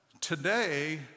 Today